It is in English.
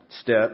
step